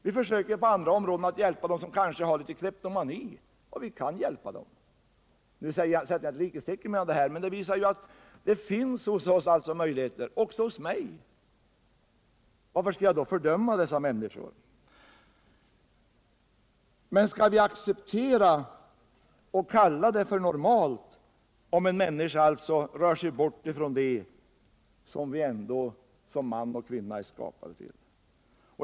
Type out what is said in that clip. Vi försöker på andra områden hjälpa dem som kanske har litet kleptomani, och vi kan hjälpa dem. Nu sätter jag inte likhetstecken mellan dessa företeelser, men det visar ju att det finns möjligheter hos oss — också hos mig. Varför skall jag då fördöma dessa människor? Men skall vi acceptera — och kalla det för normalt — om en människa rör sig bort från det som vi ändå som man och kvinna är skapade till?